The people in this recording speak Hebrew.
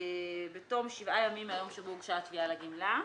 בתום שבעה ימים מהיום שבו הוגשה התביעה לגמלה.